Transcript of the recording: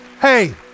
Hey